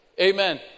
Amen